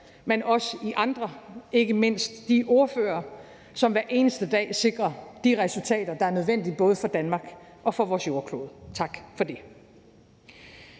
men også jer andre, ikke mindst de ordførere, som hver eneste dag sikrer de resultater, der er nødvendige, både for Danmark og vores jordklode. Tak for det.